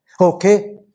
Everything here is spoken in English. Okay